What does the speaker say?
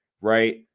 right